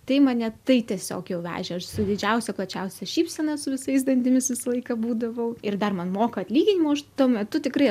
tai mane tai tiesiog jau vežė aš su didžiausia plačiausia šypsena su visais dantimis visą laiką būdavau ir dar man moka atlyginimą už tuo metu tikrai